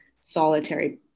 solitary